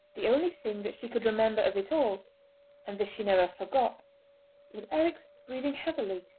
the only thing that she could remember of it all and this she never forgot was eric's breathing heavily,